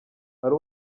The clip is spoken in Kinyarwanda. hari